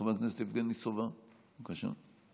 חבר הכנסת יבגני סובה, בבקשה.